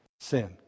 sin